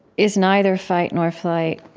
is neither fight nor flight,